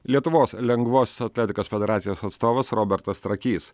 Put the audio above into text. lietuvos lengvosios atletikos federacijos atstovas robertas trakys